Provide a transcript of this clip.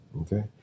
Okay